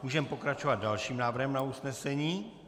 Můžeme pokračovat dalším návrhem na usnesení.